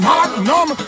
Magnum